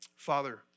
Father